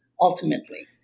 ultimately